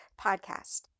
Podcast